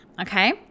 okay